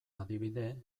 adibide